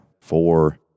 four